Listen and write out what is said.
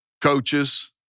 coaches